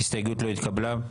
ההסתייגות לא התקבלה.